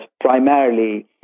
primarily